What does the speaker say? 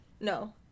No